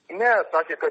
ne sakė kad